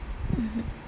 mmhmm